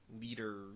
leader